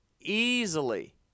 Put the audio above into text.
Easily